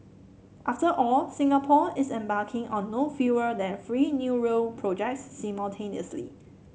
after all Singapore is embarking on no fewer than three new rail projects simultaneously